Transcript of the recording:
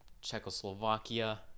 Czechoslovakia